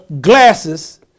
glasses